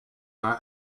are